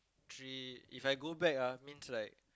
three If I go back ah means like